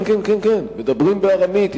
כן, כן, מדברים ארמית.